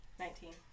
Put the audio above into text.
Nineteen